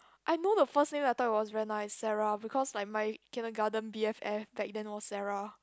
I know the first name I thought it was very nice Sarah because like my kindergarten B_F_F back then was Sarah